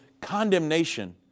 condemnation